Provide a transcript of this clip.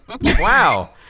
Wow